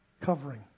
covering